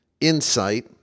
insight